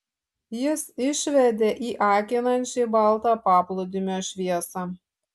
jis išvedė į akinančiai baltą paplūdimio šviesą